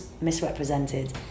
misrepresented